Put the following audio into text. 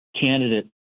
candidate